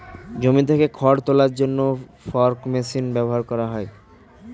জমি থেকে খড় তোলার জন্য ফর্ক মেশিন ব্যবহার করা হয়